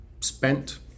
spent